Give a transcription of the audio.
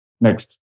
Next